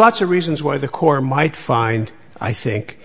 lots of reasons why the corps might find i think